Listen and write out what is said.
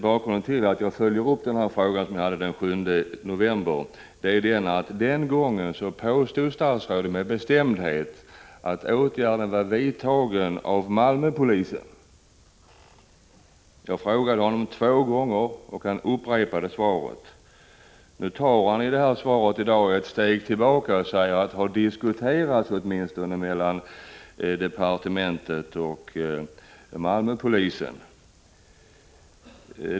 Bakgrunden till att jag följer upp den här frågan, som diskuterades den 7 november, är att statsrådet den gången med bestämdhet påstod att åtgärden var vidtagen av Malmöpolisen. Jag frågade honom två gånger, och han upprepade svaret. Nu tar han ett steg tillbaka i svaret och säger att frågan diskuterats mellan företrädare för departementet och Malmöpolisen.